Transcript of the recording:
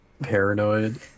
Paranoid